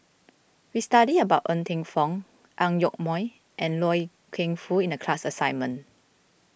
we studied about Ng Teng Fong Ang Yoke Mooi and Loy Keng Foo in the class assignment